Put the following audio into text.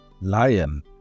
lion